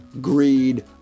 greed